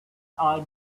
are